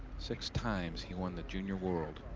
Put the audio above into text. six times, he won the junior world.